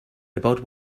about